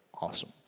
Awesome